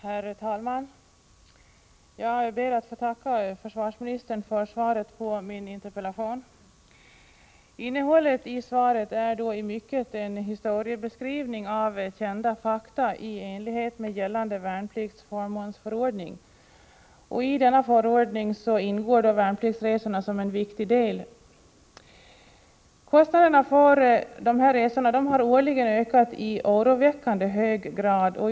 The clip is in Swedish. Herr talman! Jag ber att få tacka försvarsministern för svaret på min interpellation. Innehållet i svaret är i mycket en historieskrivning och en redovisning av kända fakta i gällande värnpliktsförmånsförordning. I denna förordning ingår värnpliktsresorna som en viktig del. Kostnaderna för dessa resor har årligen stigit i oroväckande hög grad.